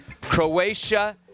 Croatia